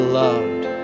loved